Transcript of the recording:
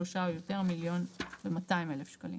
שלושה או יותר 1,200,000 שקלים.